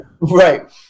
Right